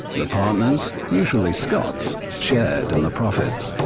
the partners, usually scots, shared in the profits.